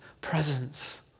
presence